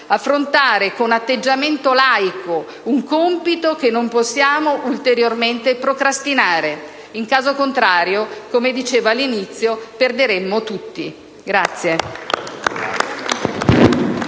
affrontare con atteggiamento laico un compito che non possiamo ulteriormente procrastinare. In caso contrario, come dicevo all'inizio, perderemmo tutti.